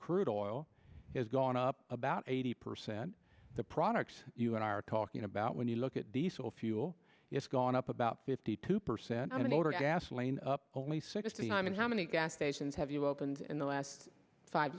crude oil has gone up about eighty percent the products you and i are talking about when you look at diesel fuel it's gone up about fifty two percent and in order to gasoline up only sixty i mean how many gas stations have you opened in the last five